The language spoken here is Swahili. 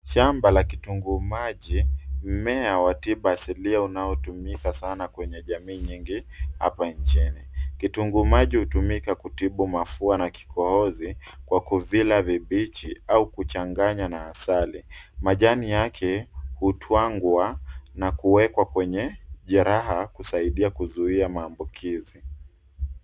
Shamba la kitunguu maji, mmea wa tiba asilia unaotumika sana kwenye jamii nyingi hapa nchini. Kitunguu maji hutumika kutibu mafua na kikohozi, kwa kuvila vibichi au kuchanganya na asali. Majani yake hutwangwa na kuwekwa kwenye jeraha kusaidia kuzuia maambukizi.